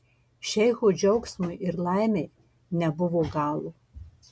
šeicho džiaugsmui ir laimei nebuvo galo